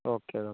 okay doctor